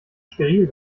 steril